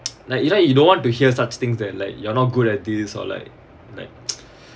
like you don't you don't want to hear such things that like you're not good at this or like like